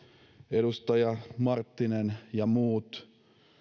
edustaja marttinen ja muut